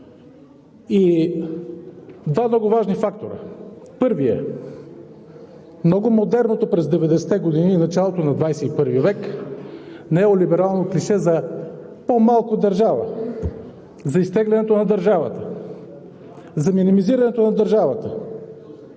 и два много важни фактора. Първият: много модерното през 90-те години и началото на ХХI век неолиберално клише за по-малко държава, за изтеглянето на държавата, за минимизирането на държавата,